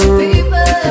people